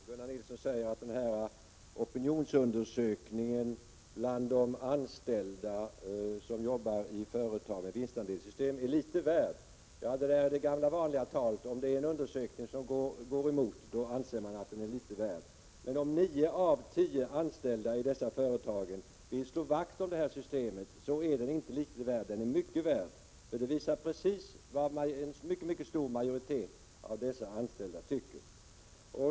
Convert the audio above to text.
Herr talman! Gunnar Nilsson säger att opinionsundersökningen bland de anställda i företag med vinstandelssystem är litet värd. Det är det gamla vanliga talet. Om en undersökning går emot anser man att den är litet värd. Men om nio av tio anställda i dessa företag vill slå vakt om detta system, är den inte litet värd. Då är den mycket värd. Undersökningen visar precis vad en stor majoritet av dessa anställda tycker.